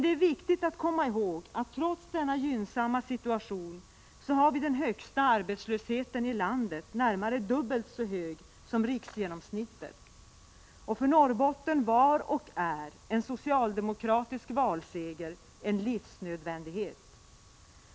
Det är viktigt att komma ihåg att trots denna gynnsamma situation så har vi den högsta arbetslösheten i landet, närmare dubbelt så hög som riksgenomsnittet. För Norrbotten var och är en socialdemokratisk valseger en livsnödvändighet.